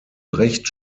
brecht